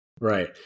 Right